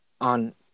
on